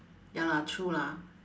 ya lah true lah